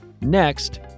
Next